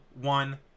one